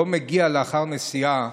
לא מגיע לאחר נסיעה,